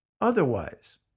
Otherwise